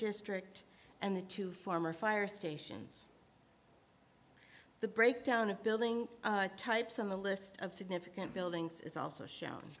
district and the two former fire stations the breakdown of building types on the list of significant buildings is also shown